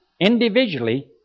individually